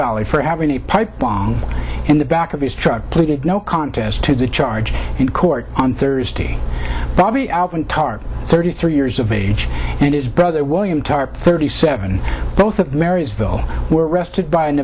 valley for having a pipe bomb in the back of his truck pleaded no contest to the charge in court on thursday bobbie alvin tart thirty three years of age and his brother william tarp thirty seven both of marysville were arrested by a